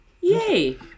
Yay